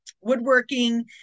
woodworking